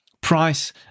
price